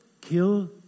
Kill